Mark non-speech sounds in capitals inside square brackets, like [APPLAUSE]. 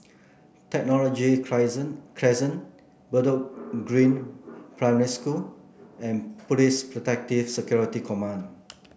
Technology [UNINTELLIGIBLE] Crescent Bedok Green Primary School and Police Protective Security Command